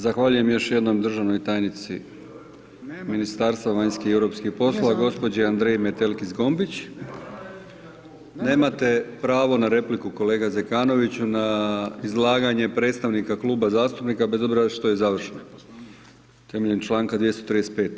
Zahvaljujem joj jednom državnoj tajnici Ministarstva vanjskih i europskih poslova gospođi Andreji Metelko Zgombić. ... [[Upadica se ne čuje.]] Nemate pravo na repliku kolega Zekanoviću, na izlaganje predstavnika Kluba zastupnika bez obzira što je završena, temeljem članka 235.